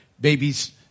babies